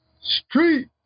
Street